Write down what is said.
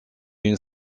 une